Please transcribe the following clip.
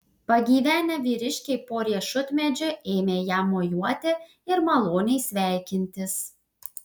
pagyvenę vyriškiai po riešutmedžiu ėmė jam mojuoti ir maloniai sveikintis